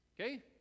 Okay